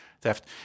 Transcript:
theft